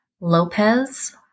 Lopez